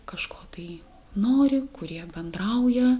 kažko tai nori kurie bendrauja